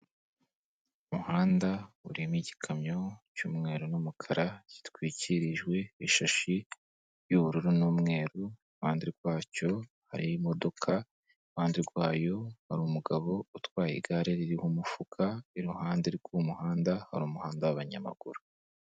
Umuhanda urimo igikamyo cy'umweru n'umukara gitwikirijwe ishashi y'ubururu n'umweru , iruhande rwacyo hari imodoka, iruhande rwayo hari umugabo utwaye igare ririho umufuka, iruhande rw'umuhanda hari umuhanda abanyamaguru.